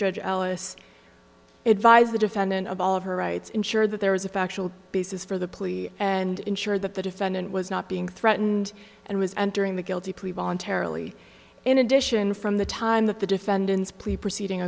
judge alice advised the defendant of all of her rights ensure that there was a factual basis for the plea and ensure that the defendant was not being threatened and was entering the guilty plea voluntarily in addition from the time that the defendant's plea proceeding